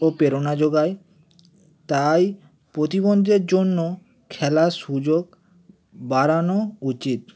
ও প্রেরণা যোগায় তাই প্রতিবন্ধীদের জন্য খেলার সুযোগ বাড়ানো উচিত